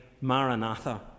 Maranatha